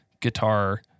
guitar